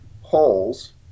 holes